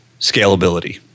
scalability